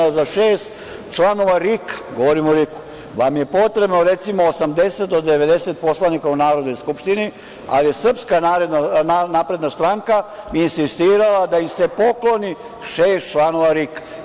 Za šest članova RIK-a, govorim o RIK-u, vam je potrebno, recimo, 80 do 90 poslanika u Narodnoj skupštini, ali je Srpska napredna stranka insistirala da im se pokloni šest članova RIK-a.